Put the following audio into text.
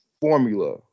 formula